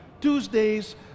Tuesdays